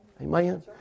Amen